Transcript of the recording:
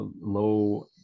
low